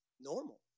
normal